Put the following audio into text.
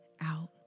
out